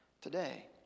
today